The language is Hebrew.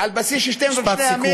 על בסיס של שתי מדינות לשני עמים,